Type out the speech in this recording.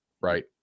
right